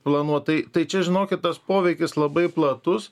planuot tai tai čia žinokit tas poveikis labai platus